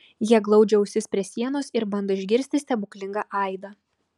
jie glaudžia ausis prie sienos ir bando išgirsti stebuklingą aidą